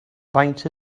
faint